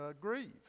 grieve